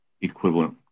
equivalent